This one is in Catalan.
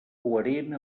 coherent